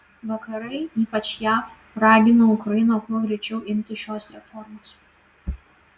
vakarai ypač jav ragino ukrainą kuo greičiau imtis šios reformos